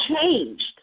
changed